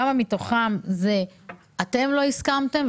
כמה מתוכם אתם לא הסכמתם?